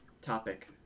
topic